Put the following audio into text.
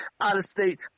out-of-state